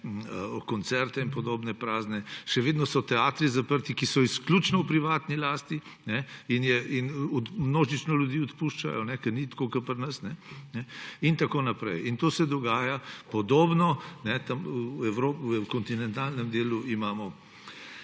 koncerte in podobno prazne, še vedno so teatri zaprti, ki so izključno v privatni lasti, in množično ljudi odpuščajo, ker ni tako kot pri nas in tako naprej. To se dogaja podobno, tam v kontinentalnem delu imamo